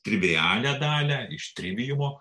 trivialią dalią iš trivijumo